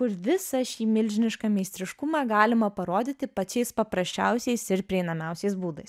kur visą šį milžinišką meistriškumą galima parodyti pačiais paprasčiausiais ir prieinamiausiais būdais